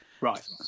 Right